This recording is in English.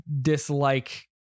dislike